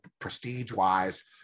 prestige-wise